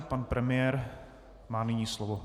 Pan premiér má nyní slovo.